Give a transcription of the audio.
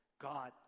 God